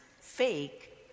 fake